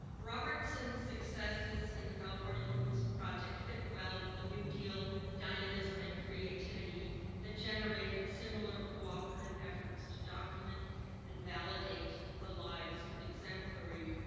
roberson's successes in california folk music project fit well with the new deal dynamism and creativity that generated similar cooperative efforts to document and validate the lives of exemplary,